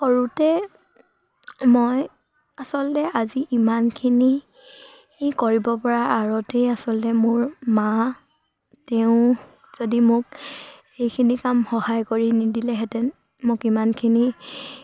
সৰুতে মই আচলতে আজি ইমানখিনি কৰিব পৰাৰ আঁৰতেই আচলতে মোৰ মা তেওঁ যদি মোক সেইখিনি কাম সহায় কৰি নিদিলেহেঁতেন মোক ইমানখিনি